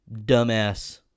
dumbass